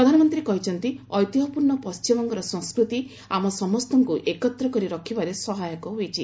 ପ୍ରଧାନମନ୍ତ୍ରୀ କହିଛନ୍ତି ଐତିହ୍ୟପୂର୍ଣ୍ଣ ପଶ୍ଚିମବଙ୍ଗର ସଂସ୍କୃତି ଆମ ସମସ୍ତଙ୍କୁ ଏକତ୍ର କରି ରଖିବାରେ ସହାୟକ ହୋଇଛି